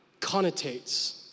connotates